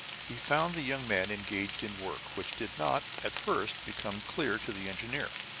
he found the young man engaged in work which did not, at first, become clear to the engineer.